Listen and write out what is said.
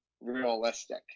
realistic